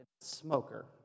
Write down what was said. smoker